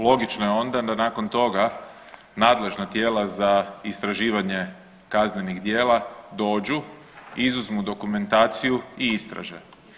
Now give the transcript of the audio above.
Logično je onda da nakon toga nadležna tijela za istraživanje kaznenih djela dođu, izuzmu dokumentaciju i istraže.